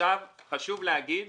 עכשיו חשוב להגיד